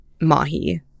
mahi